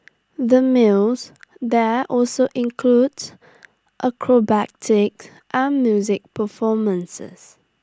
the meals there also include acrobatic and music performances